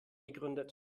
gegründet